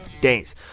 days